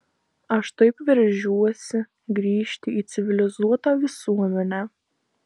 aš taip veržiuosi grįžti į civilizuotą visuomenę